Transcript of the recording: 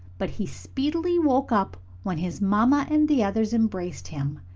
but he speedily woke up when his mamma and the others embraced him,